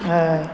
हय